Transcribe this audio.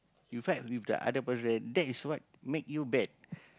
you fight with the other person that's what make you bad